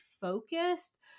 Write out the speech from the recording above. focused